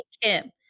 kim